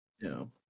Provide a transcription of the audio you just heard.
No